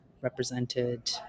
represented